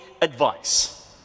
advice